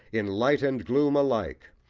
in light and gloom alike,